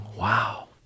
wow